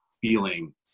feeling